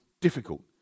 difficult